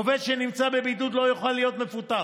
עובד שנמצא בבידוד לא יכול להיות מפוטר.